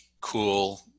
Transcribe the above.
cool